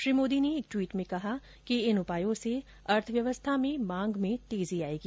श्री मोदी ने एक ट्वीट में कहा कि इस उपायों से अर्थव्यवस्था में मांग में तेजी आएगी